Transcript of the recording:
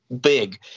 big